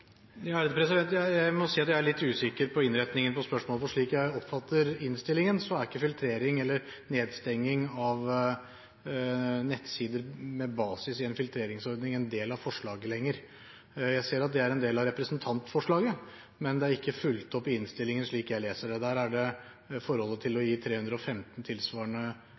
innretningen på spørsmålet, for slik jeg oppfatter innstillingen, er ikke filtrering eller nedstenging av nettsider med basis i en filtreringsordning en del av forslaget lenger. Jeg ser at det er en del av representantforslaget, men det er ikke fulgt opp i innstillingen, slik jeg leser den. I den handler det om å gi straffeloven § 315 tilsvarende